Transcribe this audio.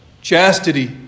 chastity